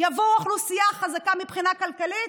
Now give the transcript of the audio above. תבוא אוכלוסייה חזקה כלכלית,